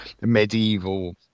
medieval